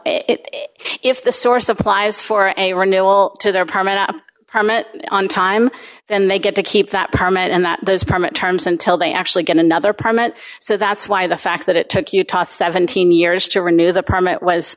well if the source applies for a renewal to their permit permit on time then they get to keep that permit and that those permit terms until they actually get another permit so that's why the fact that it took utah seventeen years to renew the permit was